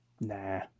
Nah